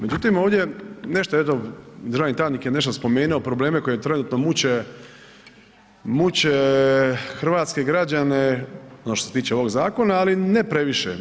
Međutim, ovdje nešto eto državni tajnik je nešto spomenuo probleme koji trenutno muče, muče hrvatske građane ono što se tiče ovog zakona, ali ne previše.